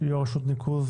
יו"ר רשות ניקוז